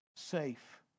safe